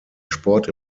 sport